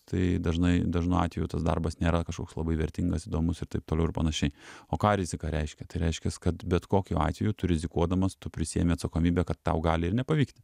tai dažnai dažnu atveju tas darbas nėra kažkoks labai vertingas įdomus ir taip toliau ir panašiai o ką rizika reiškia tai reiškias kad bet kokiu atveju tu rizikuodamas tu prisiėmi atsakomybę kad tau gali ir nepavykt